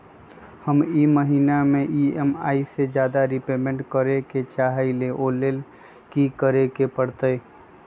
हम ई महिना में ई.एम.आई से ज्यादा रीपेमेंट करे के चाहईले ओ लेल की करे के परतई?